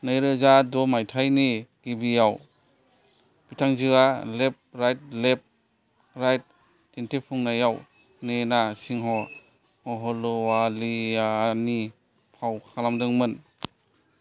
नै रोजा द' मायथाइनि गिबियाव बिथांजोआ लेफ्ट राइट लेफ्ट राइट दिन्थिफुंनायाव नैना सिंह अहलूवालियानि फाव खालामदोंमोन